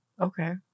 okay